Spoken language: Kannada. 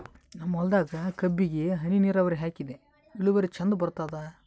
ನನ್ನ ಹೊಲದಾಗ ಕಬ್ಬಿಗಿ ಹನಿ ನಿರಾವರಿಹಾಕಿದೆ ಇಳುವರಿ ಚಂದ ಬರತ್ತಾದ?